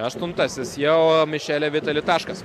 aštuntasis jau mišele vitali taškas